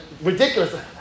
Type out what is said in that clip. ridiculous